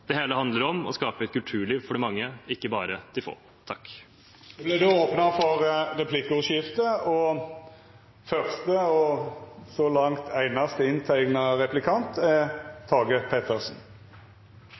Det hele handler om å skape et kulturliv for de mange, ikke bare for de få. Det vert replikkordskifte. Gaveforsterkningsordningen motiverer museer og